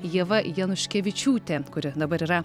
ieva januškevičiūtė kuri dabar yra